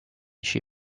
she